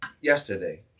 yesterday